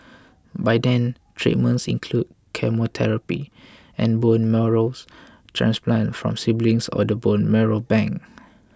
by then treatments include chemotherapy and bone marrow transplants from siblings or the bone marrow bank